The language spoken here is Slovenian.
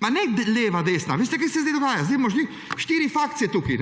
Ne leva, desna! Veste, kaj se zdaj dogaja? Zdaj imamo štiri frakcije tukaj.